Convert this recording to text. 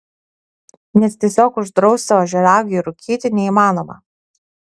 nes tiesiog uždrausti ožiaragiui rūkyti neįmanoma